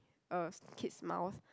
a kid's mouth